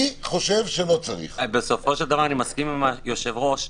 אני מסכים עם היושב-ראש,